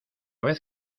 vez